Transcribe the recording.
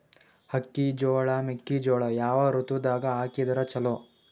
ಅಕ್ಕಿ, ಜೊಳ, ಮೆಕ್ಕಿಜೋಳ ಯಾವ ಋತುದಾಗ ಹಾಕಿದರ ಚಲೋ?